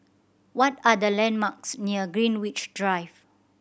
what are the landmarks near Greenwich Drive